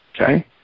Okay